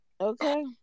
Okay